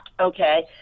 okay